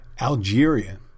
Algeria